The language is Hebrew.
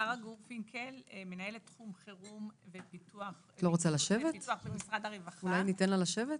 אני מנהלת תחום חירום ופיתוח במשרד הרווחה.